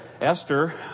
Esther